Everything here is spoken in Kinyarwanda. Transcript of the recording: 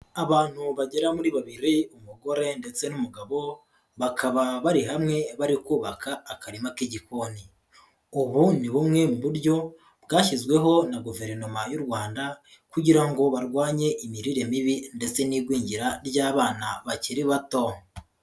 Abantu bagera muri babiri, umugore ndetse n'umugabo, bakaba bari hamwe bari kubaka akarima k'igikoni, ubu ni bumwe mu buryo bwashyizweho na guverinoma y'u Rwanda kugira ngo barwanye imirire mibi ndetse n'igwingira ry'abana bakiri bato.